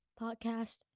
podcast